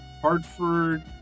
Hartford